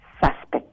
suspect